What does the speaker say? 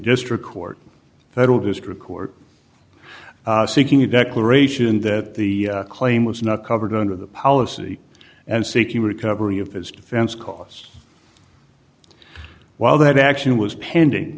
district court federal district court seeking a declaration that the claim was not covered under the policy and seeking recovery of his defense costs while that action was pending